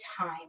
time